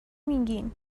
میگین